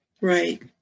Right